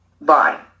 bye